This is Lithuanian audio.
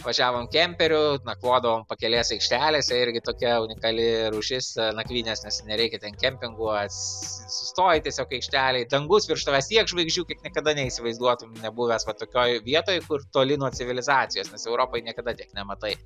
važiavom kemperiu nakvodavom pakelės aikštelėse irgi tokia unikali rūšis nakvynės nes nereikia ten kempingų ats sustoji tiesiog aikštelėj dangus virš tavęs tiek žvaigždžių kiek niekada neįsivaizduotum nebuvęs va tokioj vietoj kur toli nuo civilizacijos nes europoj niekada tiek nematai